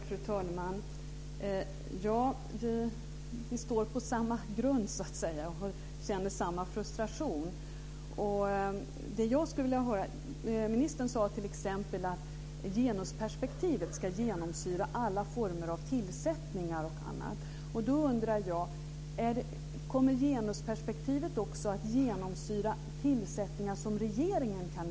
Fru talman! Vi står på samma grund och känner samma frustration. Ministern sade t.ex. att genusperspektivet ska genomsyra alla former av tillsättningar. Då undrar jag: Kommer genusperspektivet också att genomsyra tillsättningar som regeringen gör?